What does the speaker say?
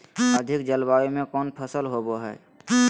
अधिक जलवायु में कौन फसल होबो है?